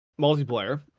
multiplayer